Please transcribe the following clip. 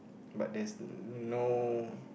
but there's no